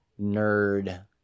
nerd